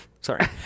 Sorry